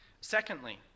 Secondly